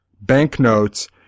banknotes